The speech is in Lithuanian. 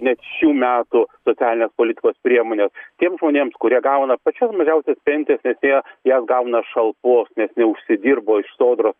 net šių metų socialines politikos priemones tiems žmonėms kurie gauna pačias mažiausias pensijas apie jas gauna šalpos net neužsidirbo iš sodros